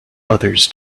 others